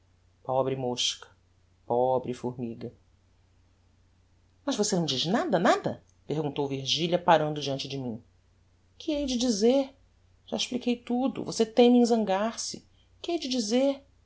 pobre mosca pobre formiga mas você não diz nada nada perguntou virgilia parando deante de mim que heide dizer já expliquei tudo você teima em zangar-se que heide dizer